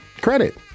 credit